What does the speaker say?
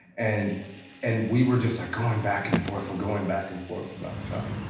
and and we were just like going back and forth and going back and forth about stuff.